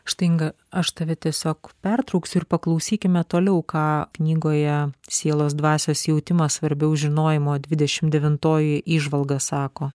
štai inga aš tave tiesiog pertrauksiu ir paklausykime toliau ką knygoje sielos dvasios jautimas svarbiau žinojimo dvidešimt devintoji įžvalga sako